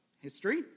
history